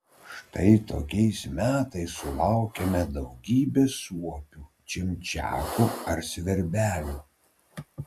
štai tokiais metais sulaukiame daugybės suopių čimčiakų ar svirbelių